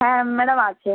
হ্যাঁ ম্যাডাম আছে